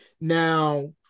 Now